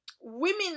Women